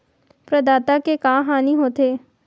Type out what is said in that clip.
प्रदाता के का हानि हो थे?